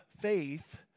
faith